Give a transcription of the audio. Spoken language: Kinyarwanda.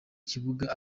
kibuga